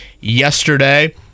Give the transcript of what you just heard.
yesterday